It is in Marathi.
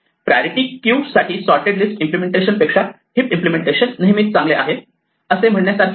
प्रायोरिटी क्यू साठी सॉर्टेड लिस्ट इम्पलेमेंटेशन पेक्षा हिप इम्पलेमेंटेशन नेहमीच चांगले असणार आहे असे म्हणण्यासारखे नाही